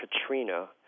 Katrina